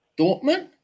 Dortmund